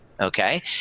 Okay